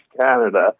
Canada